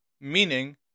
Meaning